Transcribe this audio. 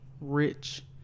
rich